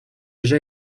déjà